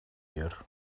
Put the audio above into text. year